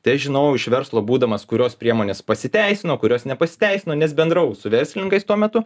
tai aš žinau iš verslo būdamas kurios priemonės pasiteisino kurios nepasiteisino nes bendravau su verslininkais tuo metu